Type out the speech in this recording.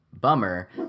bummer